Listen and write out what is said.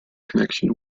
connection